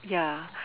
ya